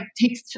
takes